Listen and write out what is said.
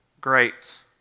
great